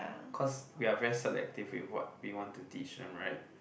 cause we are very selective with what we want to teach them right